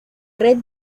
red